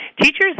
teachers